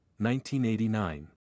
1989